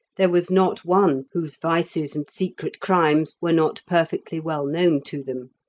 there was not one whose vices and secret crimes were not perfectly well known to them.